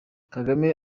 kagame